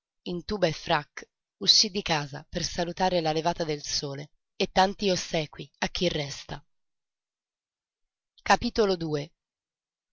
e frac uscí di casa per salutar la levata del sole e tanti ossequi a chi resta era